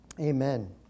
Amen